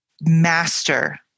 master